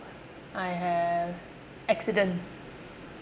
I have accident